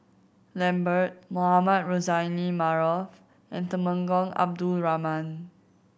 Lambert Mohamed Rozani Maarof and Temenggong Abdul Rahman